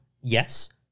Yes